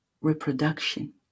reproduction